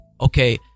okay